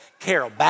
carol